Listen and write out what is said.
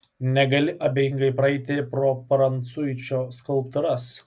negali abejingai praeiti pro prancuičio skulptūras